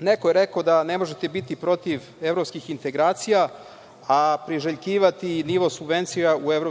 neko je rekao da ne možete biti protiv evropskih integracija, a priželjkivati nivo subvencija u EU.